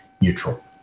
neutral